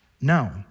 No